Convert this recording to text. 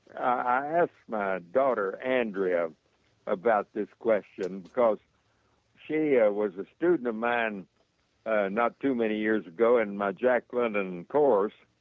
i asked my daughter andrea about this question because she yeah was a student of mine not too many years ago in my jack london course.